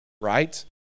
right